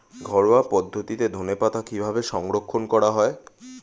ঘরোয়া পদ্ধতিতে ধনেপাতা কিভাবে সংরক্ষণ করা হয়?